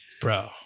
bro